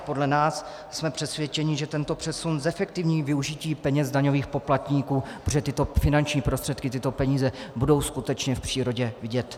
Podle nás jsme přesvědčeni, že tento přesun zefektivní využití peněz daňových poplatníků, protože tyto finanční prostředky, tyto peníze budou skutečně v přírodě vidět.